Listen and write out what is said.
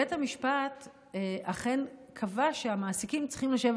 בית המשפט אכן קבע שהמעסיקים צריכים לשבת